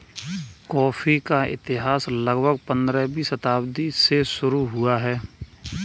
coffee का इतिहास लगभग पंद्रहवीं शताब्दी से शुरू हुआ है